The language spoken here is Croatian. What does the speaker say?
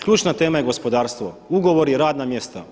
Ključna tema je gospodarstvo, ugovori, radna mjesta.